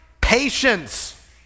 Patience